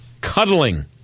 cuddling